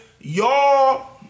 y'all